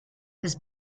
has